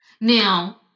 Now